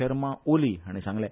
शर्मा ओली हाणी सांगले